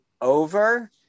over